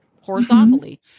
horizontally